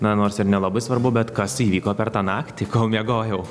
na nors ir nelabai svarbu bet kas įvyko per tą naktį kol miegojau